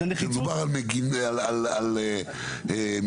שמדובר על מיגוניות.